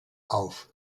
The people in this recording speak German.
auf